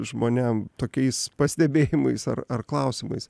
žmonėm tokiais pastebėjimais ar ar klausimais